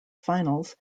finals